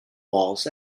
walls